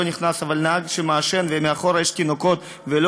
אבל נהג שמעשן ומאחור יש תינוקות והם לא